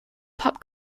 pup